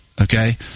okay